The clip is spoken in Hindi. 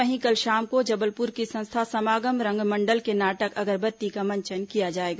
वहीं कल शाम को जबलपुर की संस्था समागम रंगमंडल के नाटक अगरबत्ती का मंचन किया जाएगा